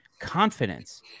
confidence